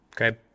Okay